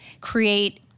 create